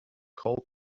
call